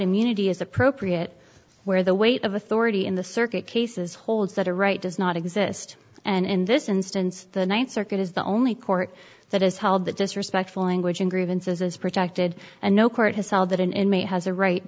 immunity is appropriate where the weight of authority in the circuit cases holds that a right does not exist and in this instance the ninth circuit is the only court that has held that disrespectful language in grievances is protected and no court has held that an inmate has a right